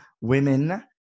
women